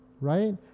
right